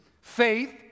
faith